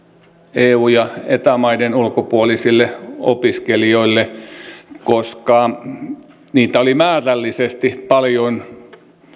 eu ja eta maiden ulkopuolisille opiskelijoille koska heitä oli määrällisesti paljon